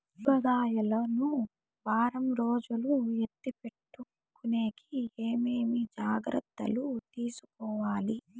కూరగాయలు ను వారం రోజులు ఎత్తిపెట్టుకునేకి ఏమేమి జాగ్రత్తలు తీసుకొవాలి?